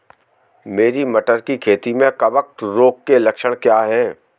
मेरी मटर की खेती में कवक रोग के लक्षण क्या हैं?